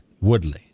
Woodley